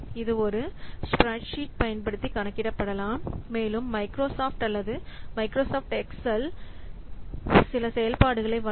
இது ஒரு spreadsheet பயன்படுத்தி கணக்கிடப்படலாம் மேலும் மைக்ரோசாப்ட் அல்லது மைக்ரோசாஃப்ட் எக்செல் சில செயல்பாடுகளை வழங்கும்